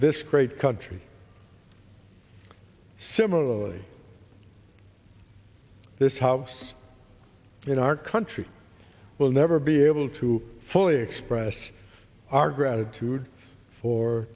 this great country similarly this house in our country will never be able to fully express our gratitude for